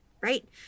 right